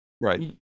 Right